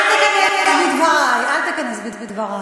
אל תיכנס בדברי, אל תיכנס בדברי,